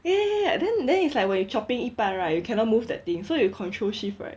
ya ya ya then then it's like when you chopping 一半 right you cannot move that thing so you control shift [what]